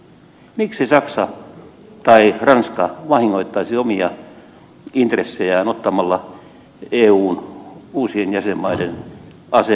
miksi saksa tai ranska vahingoittaisi omia intressejään ottamalla eun uusien jäsenmaiden asennevammat ja rasitteet